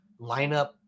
lineup